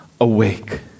awake